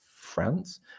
France